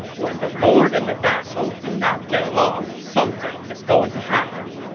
when the lord and the vassal do not get along, something is going to happen.